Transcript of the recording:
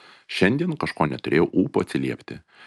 šiandien kažko neturėjau ūpo atsiliepti